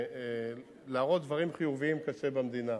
להראות דברים חיוביים קשה במדינה.